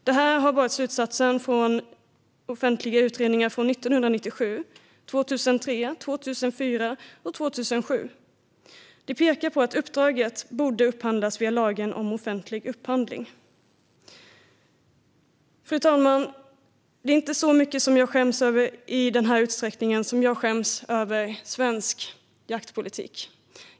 Det här är en slutsats som drogs i offentliga utredningar från 1997, 2003, 2004 och 2007. I dessa pekades på att uppdraget borde upphandlas via lagen om offentlig upphandling. Fru talman! Det finns inte mycket som jag skäms över i så stor utsträckning som jag skäms över svensk jaktpolitik.